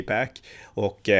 och